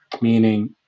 meaning